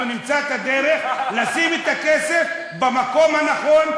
אנחנו נמצא את הדרך לשים את הכסף במקום הנכון,